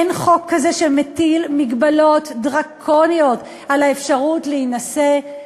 אין חוק כזה שמטיל מגבלות דרקוניות על האפשרות להינשא,